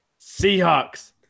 Seahawks